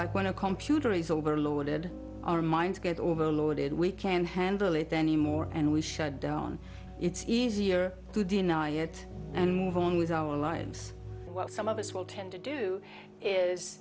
like when a computer is overloaded our minds get overloaded we can handle it anymore and we shut down it's easier to deny it and move on with our lives while some of us will tend to do is